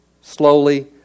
slowly